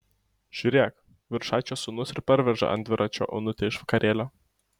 žiūrėk viršaičio sūnus ir parveža ant dviračio onutę iš vakarėlio